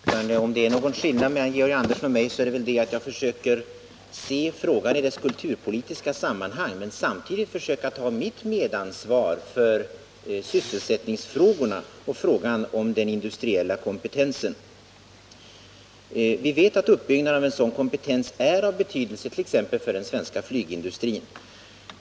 Herr talman! Om det är någon skillnad mellan Georg Andersson och mig, så är det väl att jag försöker se frågan i dess kulturpolitiska sammanhang men samtidigt försöker ta mitt medansvar för sysselsättningsfrågorna och frågan om den industriella kompetensen. Vi vet att uppbyggnad av en sådan kompetens är av betydelse t.ex. för den svenska flygindustrin.